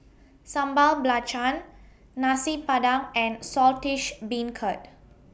Sambal Belacan Nasi Padang and Saltish Beancurd